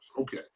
Okay